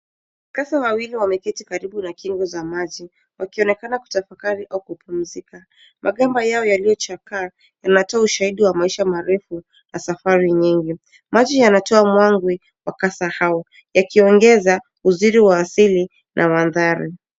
Kasa wawili wameketi karibu na kingo za maji wakionekana kutafakari au kupumzika. Magamba yao yaliyochakaa yanatoa ushahidi wa maisha marefu na safari nyingi. Maji yanatoa mwangwi wa kasa hao, yakiongeza uzuri wa asili na mandhari.